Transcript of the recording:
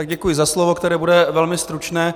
Děkuji za slovo, které bude velmi stručně.